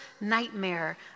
nightmare